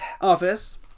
office